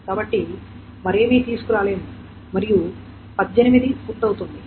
కాబట్టి మరేమీ తీసుకురాలేదు మరియు 18 పూర్తవుతుంది